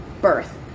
birth